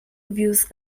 views